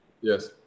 Yes